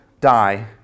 die